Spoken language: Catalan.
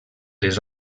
les